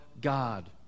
God